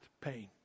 pain